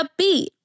upbeat